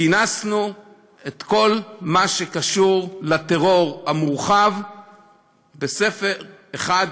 אז כינסנו את כל מה שקשור לטרור המורחב בספר אחד,